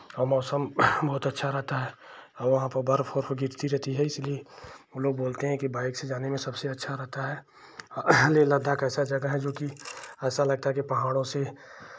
और मौसम बहुत अच्छा रहता है और वहाँ पे बर्फ वर्फ गिरती रहती हैं इसलिए वो लोग बोलते हैं की बाइक से जाने में सबसे अच्छा रहता है लेह लद्दाख ऐसा जगह है जोकि ऐसा लगता है कि पहाड़ों से